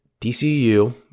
dcu